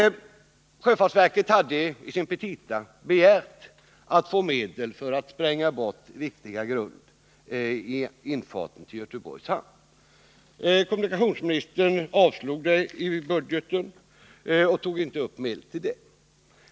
Sjöfartsverket hade i sina petita begärt medel för att spränga bort vissa grund i infarten till Göteborgs hamn. Kommunikationsministern avslog äskandet och tog inte upp medel för detta ändamål i budgeten.